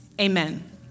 Amen